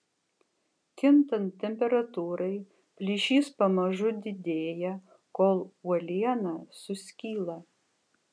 kintant temperatūrai plyšys pamažu didėja kol uoliena suskyla